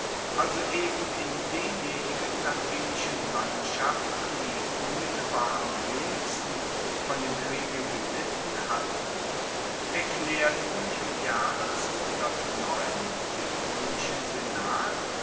also eben in denjenigen latinischen landschaften die unmittelbar am wenigsten von dem kriege gelitten hatten erklaerten im jahre dem roemischen senat